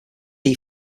key